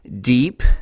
deep